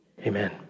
amen